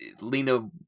Lena